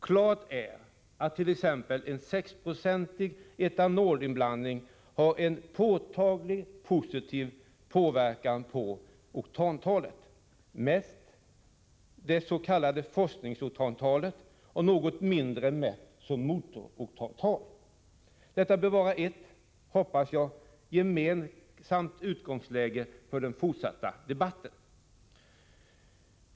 Klart är att t.ex. en 6-procentig etanolinblandning har en påtagligt positiv påverkan på oktantalet. Det gäller mest det s.k. forskningsoktantalet och något mindre oktantalet mätt som motoroktantal. Detta bör, hoppas jag, kunna vara ett gemensamt utgångsläge för den fortsatta debatten.